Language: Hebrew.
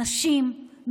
אנשים,